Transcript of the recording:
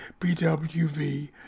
BWV